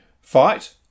fight